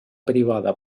privada